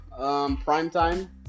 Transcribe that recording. primetime